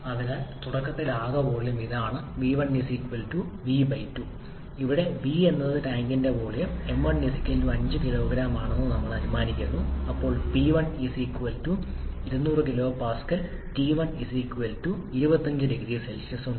അതിനാൽ തുടക്കത്തിൽ ആകെ വോളിയം ഇതാണ് V1 V 2 ഇവിടെ V എന്നത് ടാങ്കിന്റെ വോളിയം m1 5 kg ആണെന്ന് ഞങ്ങൾ അനുമാനിക്കുന്നു അപ്പോൾ നമുക്ക് P1 200 kPa T1 25 0C ഉണ്ട്